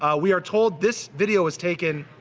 ah we are told this video was taken